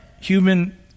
human